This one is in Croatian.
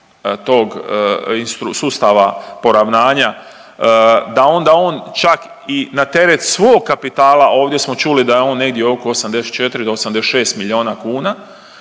tog sustava poravnanja da onda on čak i na teret svog kapitala, a ovdje smo čuli da je on negdje oko 84 do 86 miliona kuna,